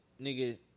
Nigga